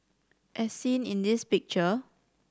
as seen in this picture